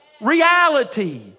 reality